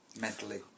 mentally